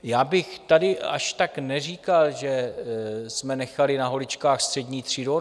Já bych tady až tak neříkal, že jsme nechali na holičkách střední třídu.